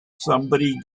somebody